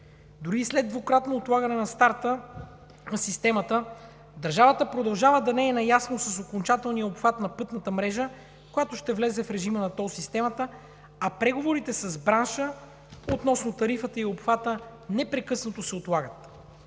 Дори и след двукратно отлагане на старта на системата държавата продължава да не е наясно с окончателния обхват на пътната мрежа, която ще влезе в режима на тол системата, а преговорите с бранша относно тарифата и обхвата непрекъснато се отлагат.